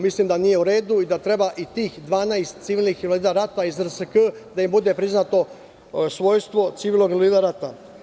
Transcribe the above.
Mislim da nije u redu i da treba i tim 12 civilnih invalida rata iz RSK da bude priznato svojstvo civilnog invalida rata.